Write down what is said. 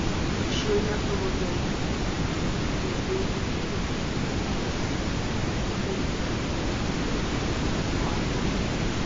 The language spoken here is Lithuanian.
šioje parodoje svarbiau idėja mintis įkūnyta palyginti pasyvia forma